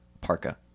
parka